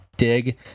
dig